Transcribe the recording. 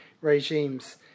regimes